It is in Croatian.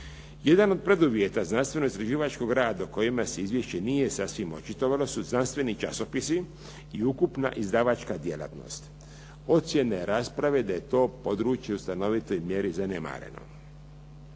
Jedan od preduvjeta znanstveno-istraživačkog rada o kojima se izvješće nije sasvim očitovalo su znanstveni časopisi i ukupna izdavačka djelatnost. Ocjena rasprave je da je to područje u stanovitoj mjeri zanemareno.